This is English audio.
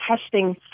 testing